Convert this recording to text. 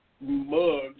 mugs